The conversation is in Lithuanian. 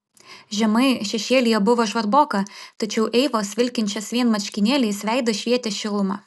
žemai šešėlyje buvo žvarboka tačiau eivos vilkinčios vien marškinėliais veidas švietė šiluma